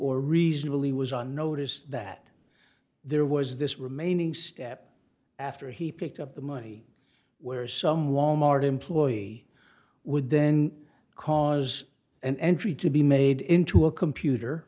or reasonably was on notice that there was this remaining step after he picked up the money where some wal mart employee would then cause an entry to be made into a computer